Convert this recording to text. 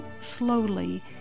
slowly